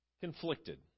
conflicted